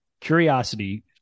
curiosity